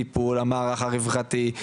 טיפול המערך הרווחתי,